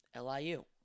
LIU